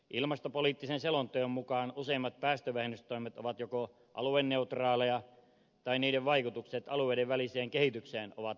ilmastopoliittisen selonteon mukaan useimmat päästövähennystoimet ovat joko alueneutraaleja tai niiden vaikutukset alueiden väliseen kehitykseen ovat vähäisiä